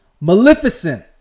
Maleficent